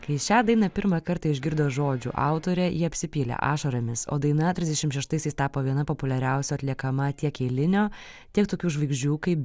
kai šią dainą pirmą kartą išgirdo žodžių autorė ji apsipylė ašaromis o daina trisdešim šeštaisiais tapo viena populiariausių atliekama tiek eilinio tiek tokių žvaigždžių kaip